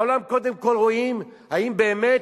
בעולם, קודם כול רואים האם באמת,